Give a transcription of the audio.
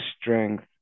strength